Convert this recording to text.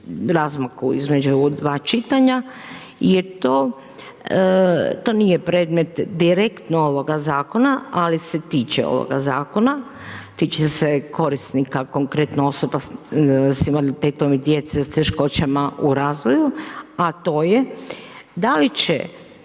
razmaku dva čitanja je to, to nije predmet direktno ovoga zakona, ali se tiče ovoga zakona, tiče korisnika, konkretno osoba sa invaliditetom i djece s teškoćama u razvoju a to je da li će